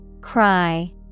Cry